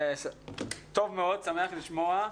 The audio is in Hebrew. אני שמח לשמוע.